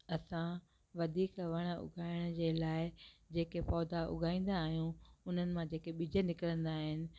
असां वधीक वण उगाइण जे लाइ जेके पौधा उगाईंदा आहियूं उन्हनि मां जेके ॿिज निकिरंदा आहिनि